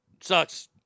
Sucks